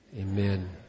Amen